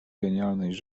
genialność